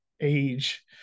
age